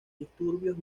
disturbios